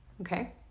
Okay